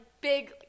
big